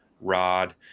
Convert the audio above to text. rod